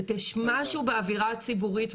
יש משהו באוירה הציבורית,